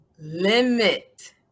limit